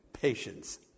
Patience